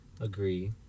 agree